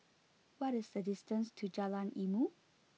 what is the distance to Jalan Ilmu